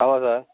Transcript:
ஆமாம் சார்